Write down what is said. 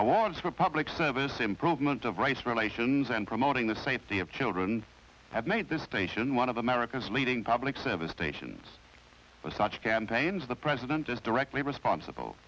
was for public service improvement of race relations and promoting the safety of children have made this station one of america's leading public service stations for such campaigns the president is directly responsible